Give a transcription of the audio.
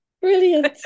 Brilliant